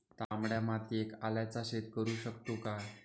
तामड्या मातयेत आल्याचा शेत करु शकतू काय?